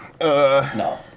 No